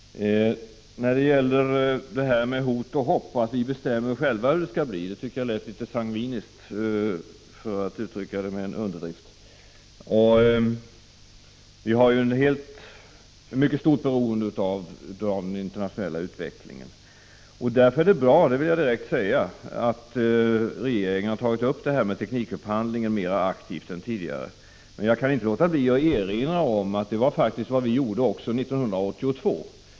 När det gäller detta med hot och hopp och att vi själva bestämmer hur det skall bli, så tycker jag att det lät litet sangviniskt, för att uttrycka det med en underdrift. Vi är mycket beroende av den internationella utvecklingen. Därför är det bra — det vill jag direkt säga — att regeringen har tagit upp detta med teknikupphandlingen mera aktivt än tidigare. Men jag kan inte låta bli att erinra om att det faktiskt var vad vi gjorde också 1982.